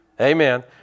Amen